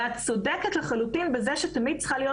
את צודקת לחלוטין בזה שתמיד צריכה להיות